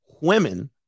women